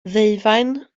ddeufaen